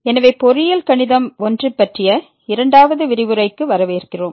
எனவே பொறியியல் கணிதம் - I பற்றிய இரண்டாவது விரிவுரைக்கு வரவேற்கிறோம்